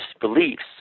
beliefs